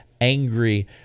angry